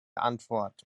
antwort